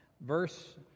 verse